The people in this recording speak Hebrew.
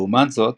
לעומת זאת,